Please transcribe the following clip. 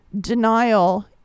denial